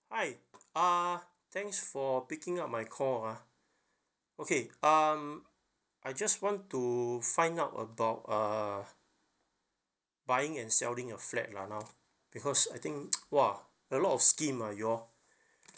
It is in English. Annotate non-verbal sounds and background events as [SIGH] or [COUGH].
hi uh thanks for picking up my call ah okay um I just want to find out about uh buying and selling a flat right now because I think [NOISE] !wah! a lot of scheme ah you all